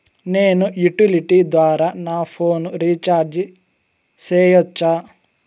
నేను యుటిలిటీ ద్వారా నా ఫోను రీచార్జి సేయొచ్చా?